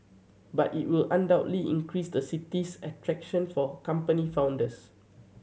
but it will undoubtedly increase the city's attraction for company founders